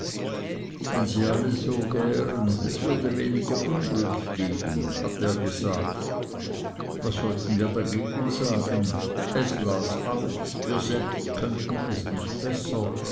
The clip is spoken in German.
wenn sie alle so wären es würde weniger unglück geben hat er gesagt was wollten wir dagegen sagen es las aus wir selbst könnten es nicht besser